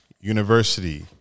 University